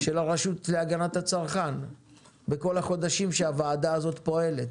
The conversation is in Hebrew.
של הרשות להגנת הצרכן בכל החודשים שהוועדה הזאת פועלת.